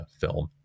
film